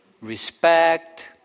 respect